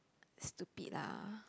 stupid lah